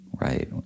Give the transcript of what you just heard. right